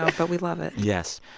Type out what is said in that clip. but we love it yes.